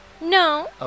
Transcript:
No